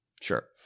Sure